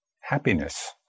happiness